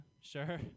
sure